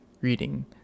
reading